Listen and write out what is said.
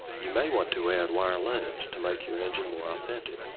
you may want to add wire looms to make your engine more authentic.